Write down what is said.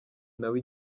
nawe